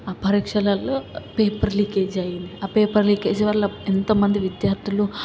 ఆ పరీక్షలల్లో paper leakage అయ్యింది ఆ పేపర్ లీకేజ్ వల్ల ఎంతోమంది విద్యార్థులు